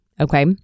Okay